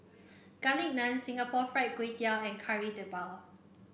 Garlic Naan Singapore Fried Kway Tiao and Kari Debal